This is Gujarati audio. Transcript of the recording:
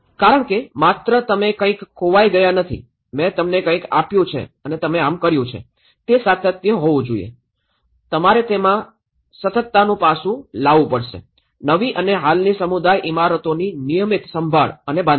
કારણ કે તે માત્ર તમે કંઇક ખોવાઈ ગયાં નથી મેં તમને કંઈક આપ્યું છે અને તમે આમ કર્યું છે તે સાતત્ય હોવું જોઈએ તમારે તેમાં સતતતાનું પાસું લાવવું પડશે નવી અને હાલની સમુદાય ઇમારતોની નિયમિત સંભાળ અને બાંધકામ